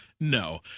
No